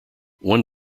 one